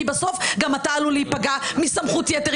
כי בסוף גם אתה עלול להיפגע מסמכות יתר,